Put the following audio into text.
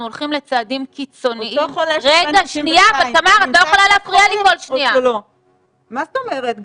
אנחנו הולכים לצעדים קיצוניים --- מה זאת אומרת,